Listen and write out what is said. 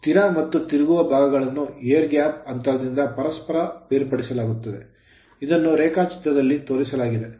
ಸ್ಥಿರ ಮತ್ತು ತಿರುಗುವ ಭಾಗಗಳನ್ನು air gap ಗಾಳಿಯ ಅಂತರದಿಂದ ಪರಸ್ಪರ ಬೇರ್ಪಡಿಸಲಾಗುತ್ತದೆ ಇದನ್ನು ರೇಖಾಚಿತ್ರದಲ್ಲಿ ತೋರಿಸಲಾಗಿದೆ